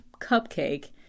cupcake